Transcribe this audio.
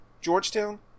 Georgetown